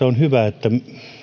on hyvä että